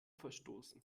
verstoßen